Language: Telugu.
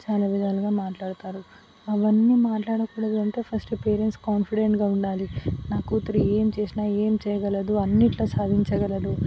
చాలా విధాలుగా మాట్లాడుతారు అవన్నీ మాట్లాడకూడదు అంటే ఫస్ట్ పేరెంట్స్ కాన్ఫిడెంట్గా ఉండాలి నా కూతురు ఏం చేసినా ఏం చేయగలదు అన్నిట్లో సాధించగలదు